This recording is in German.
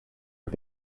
und